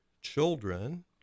children